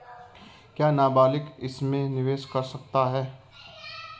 क्या नाबालिग इसमें निवेश कर सकता है?